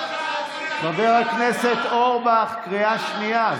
חבר הכנסת אורבך, קריאה שנייה.